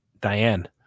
Diane